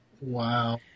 Wow